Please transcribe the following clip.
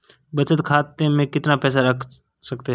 बचत खाते में कितना पैसा रख सकते हैं?